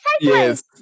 Yes